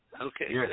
Okay